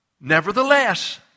Nevertheless